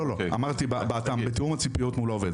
אמרתי בתאום הציפיות מול העובד,